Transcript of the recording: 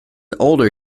older